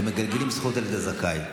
ומגלגלים זכות על ידי זכאי.